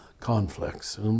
conflicts